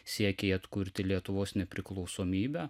siekiai atkurti lietuvos nepriklausomybę